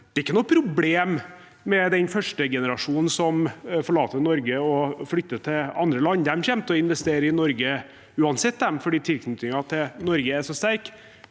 Det er ikke noe problem med den første generasjonen som forlater Norge og flytter til andre land. De kommer til å investere i Norge uansett fordi tilknytningen til Norge er så sterk.